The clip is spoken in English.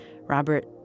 Robert